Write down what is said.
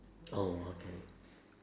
oh okay